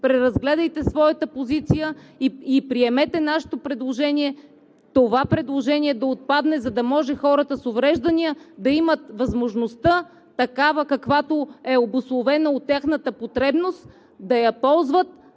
преразгледайте своята позиция и приемете нашето предложение това предложение да отпадне, за да може хората с увреждания да имат възможността – такава, каквато е обусловена от тяхната потребност, да я ползват